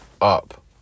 Up